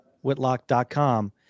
Whitlock.com